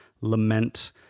lament